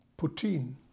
Putin